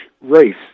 race